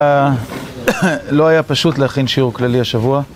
לא היה פשוט להכין שיעור כללי השבוע